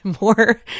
more